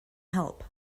help